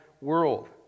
world